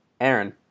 Aaron